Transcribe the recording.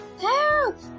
help